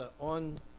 on